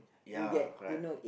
ya correct